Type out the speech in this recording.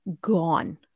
gone